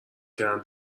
کردن